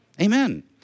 Amen